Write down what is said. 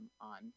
on